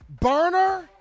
burner